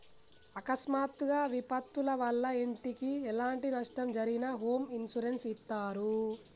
అకస్మాత్తుగా విపత్తుల వల్ల ఇంటికి ఎలాంటి నష్టం జరిగినా హోమ్ ఇన్సూరెన్స్ ఇత్తారు